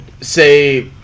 say